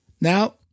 Now